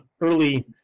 early